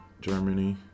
Germany